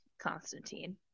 Constantine